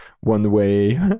one-way